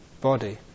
body